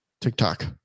TikTok